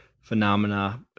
Phenomena